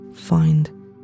Find